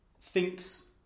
thinks